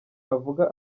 abivuga